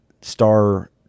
Star